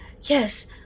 Yes